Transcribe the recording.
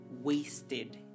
wasted